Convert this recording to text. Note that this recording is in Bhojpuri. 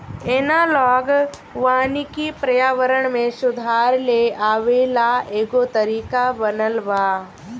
एनालॉग वानिकी पर्यावरण में सुधार लेआवे ला एगो तरीका बनल बा